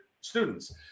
students